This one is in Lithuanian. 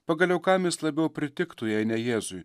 pagaliau kam jis labiau pritiktų jei ne jėzui